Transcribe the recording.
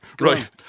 Right